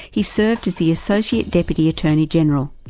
he served as the associate deputy attorney-general.